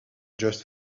just